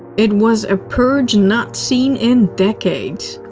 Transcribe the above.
it was a purge not seen in decades.